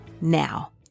now